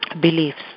beliefs